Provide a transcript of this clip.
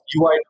UI